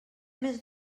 més